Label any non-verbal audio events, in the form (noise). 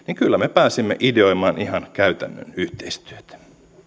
(unintelligible) niin kyllä me pääsimme ideoimaan ihan käytännön yhteistyötä